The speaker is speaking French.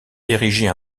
ériger